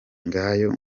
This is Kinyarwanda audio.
ngayo